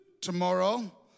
tomorrow